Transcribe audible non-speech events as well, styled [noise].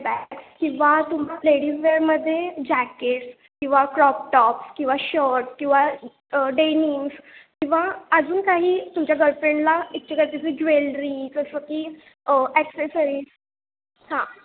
bags किंवा तुम्हाला लेडीजवेअरमध्ये जॅकेट्स किंवा क्रॉप टॉप्स किंवा शर्ट किंवा डेनिंग्स किंवा अजून काही तुमच्या गर्लफ्रेंडला [unintelligible] ज्वेलरी जसं की ॲक्सेसरीज हां